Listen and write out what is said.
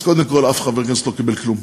אז קודם כול, אף חבר כנסת לא קיבל כלום,